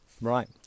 Right